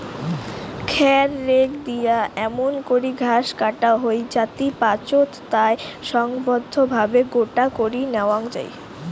খ্যার রেক দিয়া এমুন করি ঘাস কাটা হই যাতি পাচোত তায় সংঘবদ্ধভাবে গোটো করি ন্যাওয়া যাই